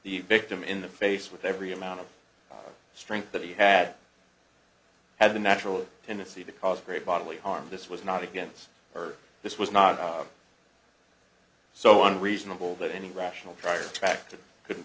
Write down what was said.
the victim in the face with every amount of strength that he had had the natural tendency to cause great bodily harm this was not against her this was not so on reasonable that any rational prior track to could